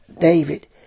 David